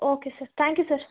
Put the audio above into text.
okay sir thank you sir